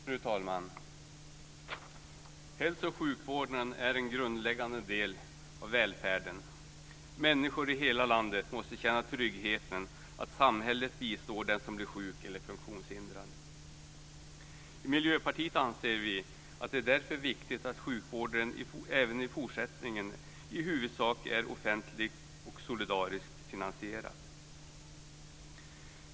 Fru talman! Hälso och sjukvården är en grundläggande del av välfärden. Människor i hela landet måste kunna känna tryggheten i att samhället bistår den som blir sjuk eller funktionshindrad. Vi i Miljöpartiet anser därför att det är viktigt att sjukvården även i fortsättningen i huvudsak är offentligt och solidariskt finansierad.